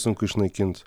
sunku išnaikint